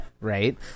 Right